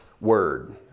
word